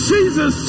Jesus